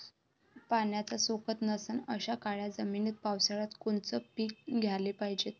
पाण्याचा सोकत नसन अशा काळ्या जमिनीत पावसाळ्यात कोनचं पीक घ्याले पायजे?